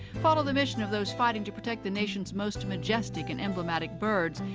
follow the mission of those fighting to protect the nation's most majestic and emblematic birds.